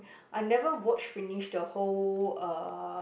I never watch finish the whole uh